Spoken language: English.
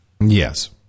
Yes